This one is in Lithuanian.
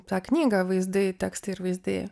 tą knygą vaizdai tekstai ir vaizdai